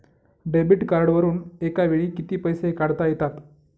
Debit कार्डवरुन एका वेळी किती पैसे काढता येतात?